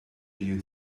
you